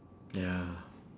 ya